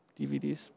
DVDs